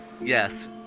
yes